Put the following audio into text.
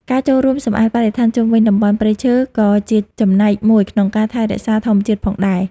ការចូលរួមសម្អាតបរិស្ថានជុំវិញតំបន់ព្រៃឈើក៏ជាចំណែកមួយក្នុងការថែរក្សាធម្មជាតិផងដែរ។